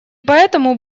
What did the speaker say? поэтому